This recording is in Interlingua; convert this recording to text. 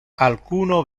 alcuno